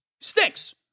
stinks